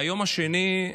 והיום השני,